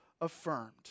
affirmed